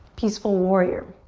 peaceful warrior.